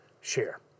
share